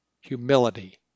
Humility